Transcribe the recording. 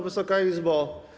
Wysoka Izbo!